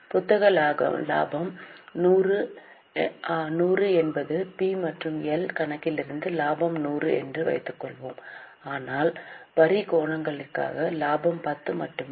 புத்தக லாபம் 100 என்பது பி மற்றும் எல் கணக்கிலிருந்து லாபம் 100 என்று வைத்துக்கொள்வோம் ஆனால் வரி நோக்கங்களுக்காக லாபம் 10 மட்டுமே